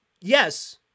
yes